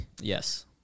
Yes